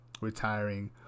retiring